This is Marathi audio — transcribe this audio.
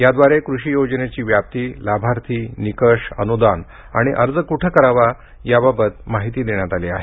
त्याद्वारे कृषी योजनेची व्याप्ती लाभार्थी निकष अनुदान आणि अर्ज कुठे करावा याबाबत माहिती देण्यात आली आहे